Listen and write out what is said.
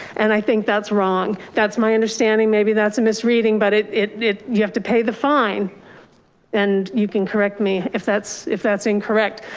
and i think that's wrong. that's my understanding maybe that's a misreading, but it it you have to pay the fine and you can correct me if that's if that's incorrect.